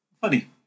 Funny